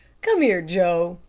come here, joe.